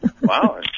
Wow